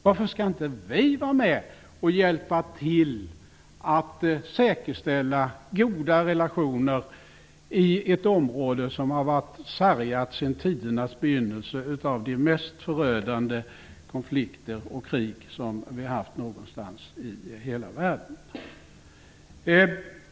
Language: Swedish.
Varför skall inte vi vara med och hjälpa till att säkerställa goda relationer i ett område som har varit sargat sedan tidernas begynnelse av de mest förödande konflikter och krig som ägt rum någonstans i hela världen?